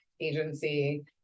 agency